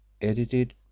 Edited